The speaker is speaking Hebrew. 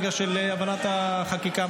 של הבנות החקיקה,